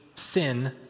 sin